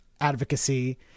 advocacy